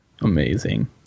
Amazing